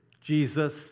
Jesus